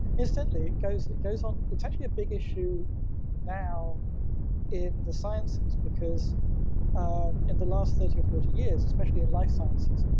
incidentally, it goes it goes on, it's actually a big issue now in the sciences because um in the last thirty or forty years, especially in life sciences,